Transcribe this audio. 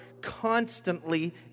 constantly